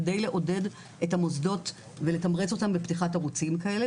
כדי לעודד את המוסדות ולתמרץ אותם בפתיחת ערוצים כאלה.